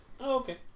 Okay